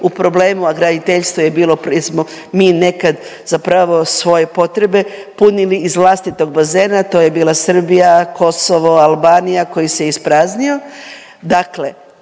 u problemu, a graditeljstvo je bilo jer smo mi nekad zapravo svoje potrebe punili iz vlastitog bazena, a to je bila Srbija, Kosovo, Albanija, koji se ispraznio,